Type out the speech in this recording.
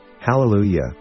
Hallelujah